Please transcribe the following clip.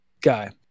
guy